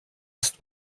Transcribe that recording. ist